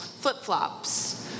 flip-flops